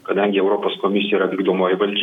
kadangi europos komisija yra vykdomoji valdžia